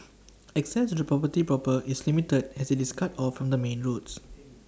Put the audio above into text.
access to the property proper is limited as IT is cut off from the main roads